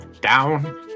down